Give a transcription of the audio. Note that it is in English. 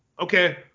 Okay